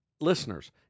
Listeners